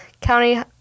County